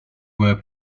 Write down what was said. were